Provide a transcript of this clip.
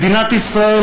מדינת ישראל,